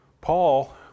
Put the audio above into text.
Paul